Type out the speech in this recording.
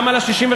גם על ה-65,